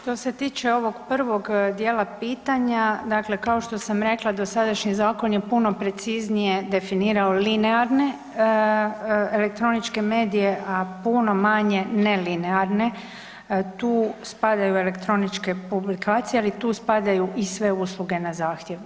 Što se tiče ovog prvog dijela pitanja, dakle kao što sam rekla dosadašnji zakon je puno preciznije definirao linearne elektroničke medije, a puno manje nelinearne, tu spadaju elektroničke publikacije, ali tu spadaju i sve usluge na zahtjev.